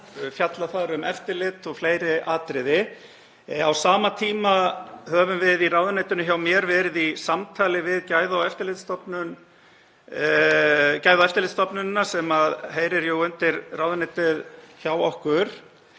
fjalla þar um eftirlit og fleiri atriði. Á sama tíma höfum við í ráðuneytinu hjá mér verið í samtali við Gæða- og eftirlitsstofnunina, sem heyrir jú undir ráðuneytið hjá okkur,